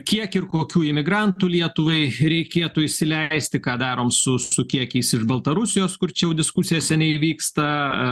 kiek ir kokių imigrantų lietuvai reikėtų įsileisti ką darom su su kiekiais iš baltarusijos kur čia jau diskusija seniai vyksta